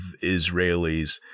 Israelis